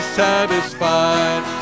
satisfied